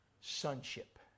sonship